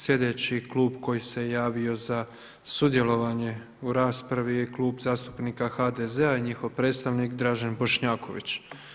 Sljedeći klub koji se javio za sudjelovanje u raspravi je Klub zastupnika HDZ-a i njihov predstavnik Dražen Bošnjaković.